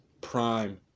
prime